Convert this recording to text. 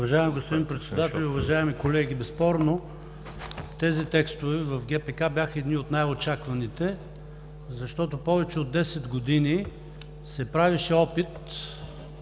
Уважаеми господин Председател, уважаеми колеги! Безспорно тези текстове в ГПК бяха едни от най-очакваните, защото повече от 10 години се правеше опит